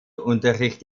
unterricht